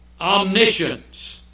Omniscience